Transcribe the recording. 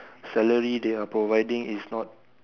salary they are providing is not